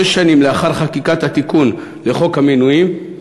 שש שנים לאחר חקיקת התיקון לחוק המינויים,